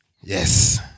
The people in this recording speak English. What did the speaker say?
Yes